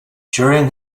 during